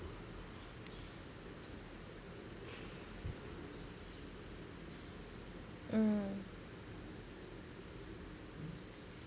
mm